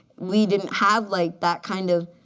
we didn't have like that kind of